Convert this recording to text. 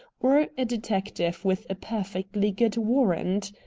or a detective with a perfectly good warrant?